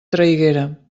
traiguera